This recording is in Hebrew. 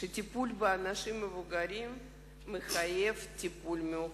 שהטיפול באנשים מבוגרים מחייב טיפול מיוחד,